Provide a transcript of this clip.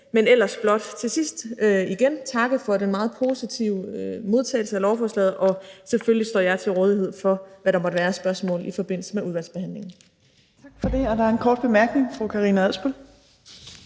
Jeg vil blot til sidst igen takke for den meget positive modtagelse af lovforslaget, og selvfølgelig står jeg til rådighed for, hvad der måtte være af spørgsmål i forbindelse med udvalgsbehandlingen. Kl. 18:17 Fjerde næstformand (Trine Torp):